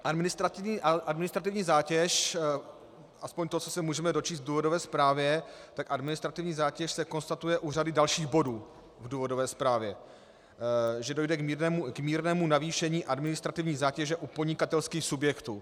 Administrativní zátěž, aspoň to, co se můžeme dočíst v důvodové zprávě, tak administrativní zátěž se konstatuje u řady dalších bodů v důvodové zprávě že dojde k mírnému navýšení administrativní zátěže u podnikatelských subjektů.